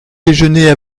déjeuner